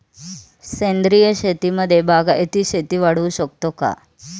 सेंद्रिय शेतीमध्ये बागायती शेती वाढवू शकतो का?